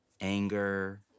anger